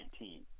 2019